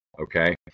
Okay